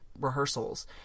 rehearsals